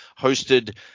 hosted